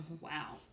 wow